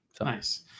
Nice